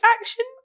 action